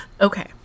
Okay